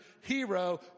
hero